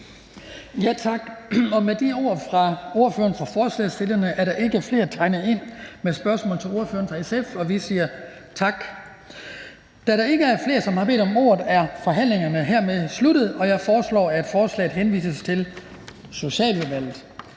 Tak, og med de ord fra ordføreren for forslagsstillerne er der ikke flere tegnet ind med spørgsmål til ordføreren for SF. Vi siger tak. Da der ikke er flere, der har bedt om ordet, er forhandlingen sluttet. Jeg foreslår, at forslaget henvises til Socialudvalget.